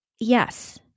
yes